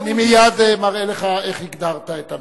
אני מייד מראה לך איך הגדרת את הנושא.